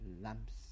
Lamps